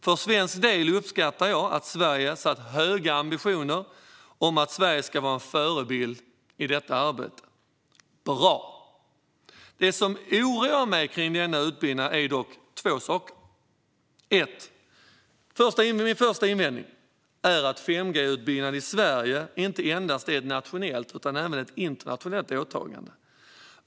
För svensk del uppskattar jag att Sverige har satt upp höga ambitioner om att vara en förebild i detta arbete. Bra! Det finns dock två saker som oroar mig med denna utbyggnad. Min första invändning är att 5G-utbyggnad i Sverige inte är endast ett nationellt utan även ett internationellt åtagande.